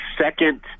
second